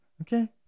Okay